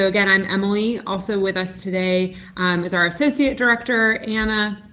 again, i'm emily. also with us today is our associate director, anna,